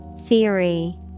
Theory